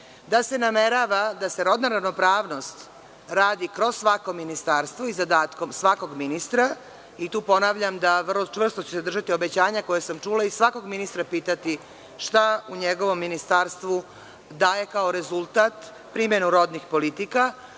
da se namerava da se rodna ravnopravnost radi kroz svako ministarstvo i zadatkom svakog ministra. Tu ponavljam da ću vrlo čvrsto se držati obećanja koje sam čula i svakog ministra pitati šta u njegovom ministarstvu daje kao rezultat primenu rodnih politika.